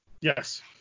Yes